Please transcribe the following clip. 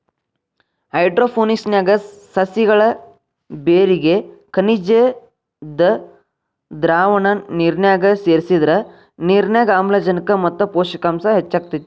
hydroponics ನ್ಯಾಗ ಸಸಿಗಳ ಬೇರಿಗೆ ಖನಿಜದ್ದ ದ್ರಾವಣ ನಿರ್ನ್ಯಾಗ ಸೇರ್ಸಿದ್ರ ನಿರ್ನ್ಯಾಗ ಆಮ್ಲಜನಕ ಮತ್ತ ಪೋಷಕಾಂಶ ಹೆಚ್ಚಾಕೇತಿ